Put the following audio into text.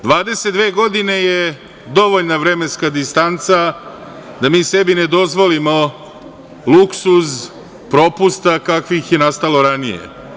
Dvadeset dve godine je dovoljna vremenska distanca da mi sebi ne dozvolimo luksuz propusta kakvih je nastalo ranije.